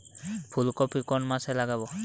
ফুলকপি কোন মাসে লাগাবো?